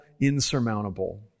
insurmountable